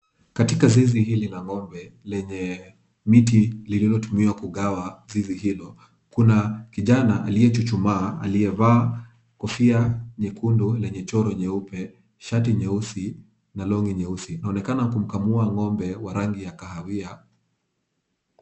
Katika zizi hili la ng'ombe lenye miti iliyotumiwa kugawa zizi hilo, kuna kijana aliyechuchumaa aliyevaa kofia nyekundu lenye choro nyeupe, shati nyeusi na long'i nyeusi, anaonekana kumkamua ng'ombe wa rangi ya kahawia.